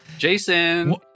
Jason